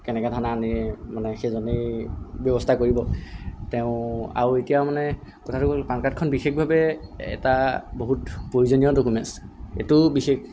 কেনেকে ধৰণে আনে মানে সেইজনেই ব্যৱস্থা কৰিব তেওঁ আৰু এতিয়া মানে কথাটো হ'ল পানকাৰ্ডখন বিশেষভাৱে এটা বহুত প্ৰয়োজনীয় ডকুমেণ্টচ এইটো বিশেষ